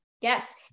Yes